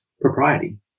propriety